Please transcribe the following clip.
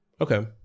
Okay